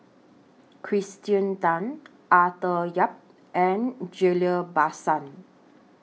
Kirsten Tan Arthur Yap and Ghillie BaSan